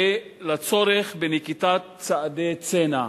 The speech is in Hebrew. ולצורך בנקיטת צעדי צנע.